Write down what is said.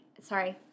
Sorry